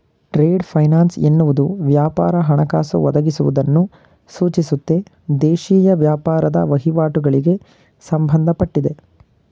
trade finance ಎನ್ನುವುದು ವ್ಯಾಪಾರ ಹಣಕಾಸು ಒದಗಿಸುವುದನ್ನು ಸೂಚಿಸುತ್ತೆ ದೇಶೀಯ ವ್ಯಾಪಾರದ ವಹಿವಾಟುಗಳಿಗೆ ಸಂಬಂಧಪಟ್ಟಿದೆ